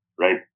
right